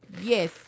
Yes